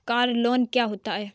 Car loan क्या होता है?